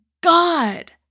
God